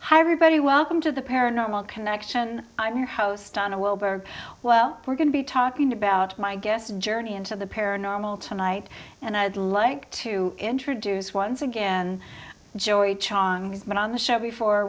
hi everybody welcome to the paranormal connection i'm your host on a wilbur well we're going to be talking about my guest journey into the paranormal tonight and i'd like to introduce once again joy chong but on the show before